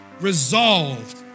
resolved